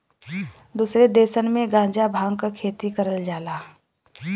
दुसरे देसन में गांजा भांग क खेती करल जाला